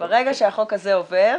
ברגע שהחוק הזה עובר